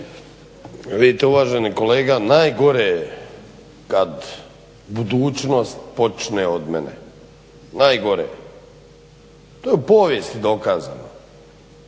Vidite uvaženi kolega najgore je kada budućnost počne od mene, najgore. To je u povijesti dokazano.